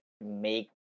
make